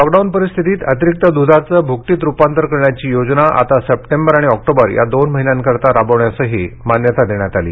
lockdown परिस्थितीत अतिरिक्त दूधाचे भुकटीत रुपांतर करण्याची योजना आता सप्टेंबर आणि ऑक्टोबर या दोन महिन्याकरिता राबविण्यास मान्यता देण्यात आली